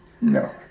No